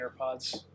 AirPods